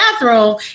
bathroom